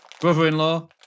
Brother-in-law